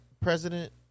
president